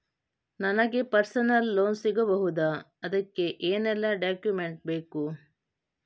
ನನಗೆ personal loan ಸಿಗಬಹುದ ಅದಕ್ಕೆ ಏನೆಲ್ಲ ಡಾಕ್ಯುಮೆಂಟ್ ಬೇಕು?